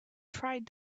tried